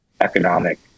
economic